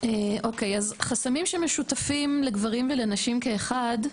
חסמים שמשותפים לגברים ונשים כאחד,